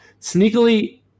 sneakily